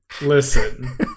Listen